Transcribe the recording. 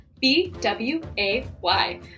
B-W-A-Y